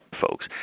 folks